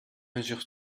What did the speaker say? mesures